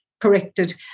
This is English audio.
corrected